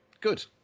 Good